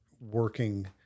working